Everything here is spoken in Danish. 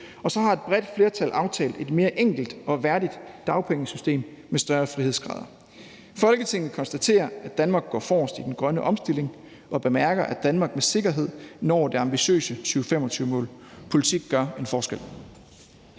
Og så har et bredt flertal aftalt et mere enkelt og værdigt sygedagpengesystem med større frihedsgrader. Folketinget konstaterer, at Danmark går forrest i den grønne omstilling, og bemærker, at Danmark med sikkerhed når det ambitiøse 2025-klimamål. Politik gør en forskel.«